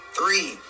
Three